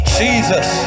jesus